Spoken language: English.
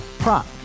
Prop